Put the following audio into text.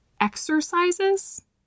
exercises